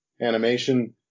animation